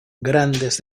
grandes